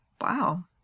wow